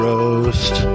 Roast